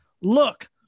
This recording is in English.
Look